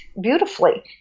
beautifully